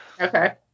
Okay